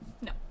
No